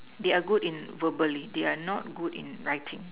they are good in verbally they are not good in writing